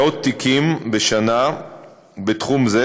מנוהלים בכלל יחידות המשטרה מאות תיקים בשנה בתחום זה,